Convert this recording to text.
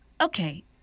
Okay